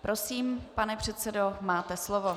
Prosím, pane předsedo, máte slovo.